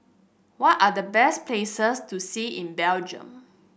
what are the best places to see in Belgium